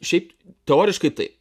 šiaip teoriškai taip